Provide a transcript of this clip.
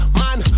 man